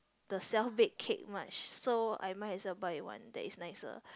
the self bake cake much so I might as well buy one that is nicer